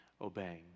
obeying